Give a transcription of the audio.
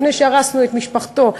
לפני שהרסנו את משפחתו,